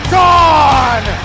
gone